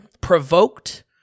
provoked